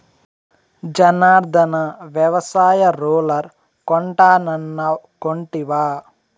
జనార్ధన, వ్యవసాయ రూలర్ కొంటానన్నావ్ కొంటివా